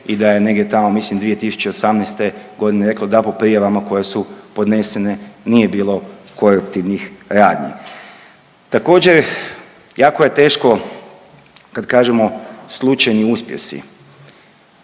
i da je negdje tamo mislim 2018.g. reklo da po prijavama koje su podnesene nije bilo koruptivnih radnji. Također jako je teško kad kažemo slučajni uspjesi,